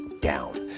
down